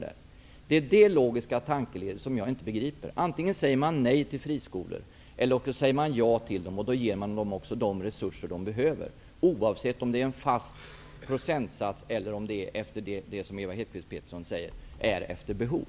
Jag begriper inte logiken i det tankeledet. Antingen säger man nej till friskolor eller också säger man ja till dem, och då skall de också ha de resurser som de behöver, oavsett om det är efter en fast procentsats eller -- som Ewa Hedkvist säger -- efter behov.